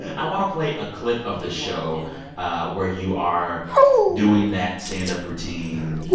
i want to play a clip of the show where you are doing that stand-up routine.